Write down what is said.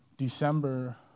December